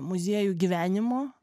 muziejų gyvenimo